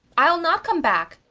ile not come backe,